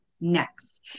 next